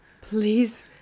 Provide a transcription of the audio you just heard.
please